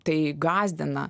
tai gąsdina